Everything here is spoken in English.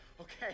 okay